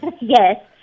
Yes